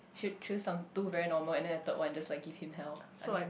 should choose some two very normal and then the third one just like give him hell I mean